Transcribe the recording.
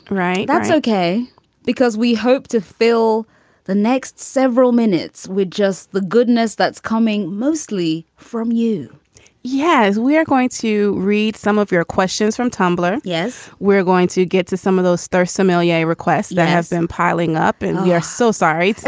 right? that's ok because we hope to fill the next several minutes with just the goodness that's coming mostly from you yes. we are going to read some of your questions from tumblr. yes. we're going to get to some of those stars, somalia requests that have been piling up. and we are so sorry.